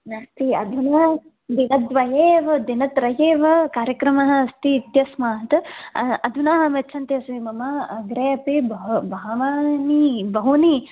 नास्ति अधुना दिनद्वये एव दिनत्रये एव कार्यक्रमः अस्ति इत्यस्मात् अधुना अहं यच्छन्ती अस्मि मम अग्रे अपि बहूनि बहूनि